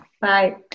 Bye